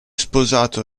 sposato